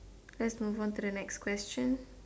let's move on to the next question